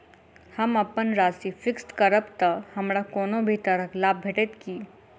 हम अप्पन राशि फिक्स्ड करब तऽ हमरा कोनो भी तरहक लाभ भेटत की?